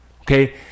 Okay